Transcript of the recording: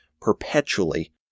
perpetually